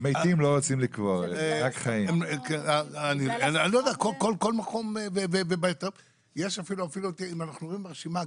אני לא יודע, כל מקום ו אם אנחנו רואים ברשימה,